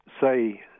say